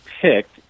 picked